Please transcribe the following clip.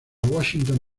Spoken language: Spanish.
washington